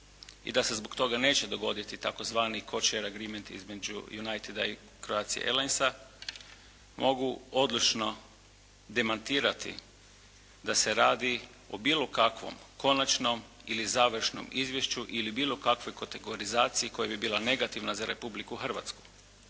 i da se zbog toga neće dogoditi tzv. "code share agreement" između Uniteda i Croatia Airlinesa. Mogu odlično demantirati da se radi o bilo kakvom konačnom ili završnom izvješću ili bilo kakvoj kategorizaciji koja bi bila negativna za Republiku Hrvatsku.